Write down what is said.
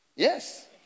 Yes